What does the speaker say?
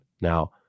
Now